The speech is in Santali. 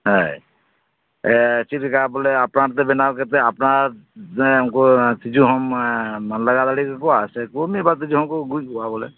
ᱦᱮᱸ ᱮ ᱪᱮᱫ ᱞᱮᱠᱟ ᱵᱳᱞᱮ ᱟᱯᱱᱟᱨ ᱛᱮ ᱵᱮᱱᱟᱣ ᱠᱟᱛᱮ ᱟᱯᱱᱟᱨ ᱩᱱᱠᱩ ᱛᱤᱡᱩ ᱦᱚᱸᱢ ᱞᱟᱜᱟ ᱫᱟᱲᱮᱣᱟᱠᱩᱭᱟ ᱥᱮ ᱢᱤᱫ ᱵᱟᱨ ᱛᱤᱡᱩ ᱦᱚᱸᱠᱚ ᱜᱩᱡᱩᱜ ᱟ ᱵᱚᱞᱮ